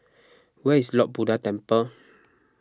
where is Lord Buddha Temple